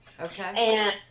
Okay